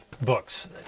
Books